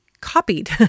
copied